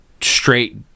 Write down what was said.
straight